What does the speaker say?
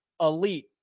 elite